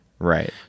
Right